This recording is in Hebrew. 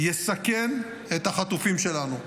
יסכן את החטופים שלנו.